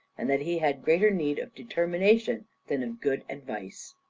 and that he had greater need of determination than of good advice.